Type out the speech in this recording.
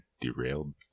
derailed